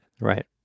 right